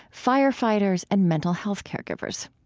firefighters and mental health caregivers.